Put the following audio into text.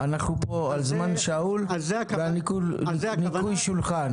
אנחנו פה על זמן שאול וניקוי שולחן.